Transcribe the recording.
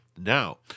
now